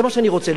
זה מה שאני רוצה,